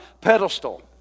pedestal